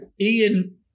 Ian